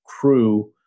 crew